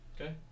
Okay